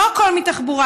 לא הכול מתחבורה,